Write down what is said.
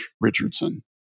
Richardson